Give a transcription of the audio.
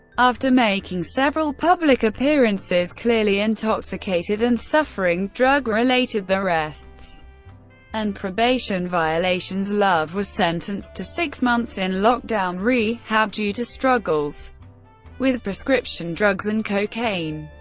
after making several public appearances clearly intoxicated and suffering drug-related arrests and probation violations, love was sentenced to six months in lockdown rehab due to struggles with prescription drugs and cocaine.